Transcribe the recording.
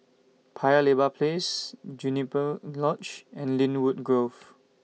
Paya Lebar Place Juniper Lodge and Lynwood Grove